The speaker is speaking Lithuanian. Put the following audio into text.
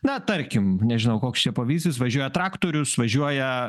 na tarkim nežinau koks čia pavysis važiuoja traktorius važiuoja